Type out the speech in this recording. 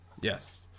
Yes